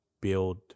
build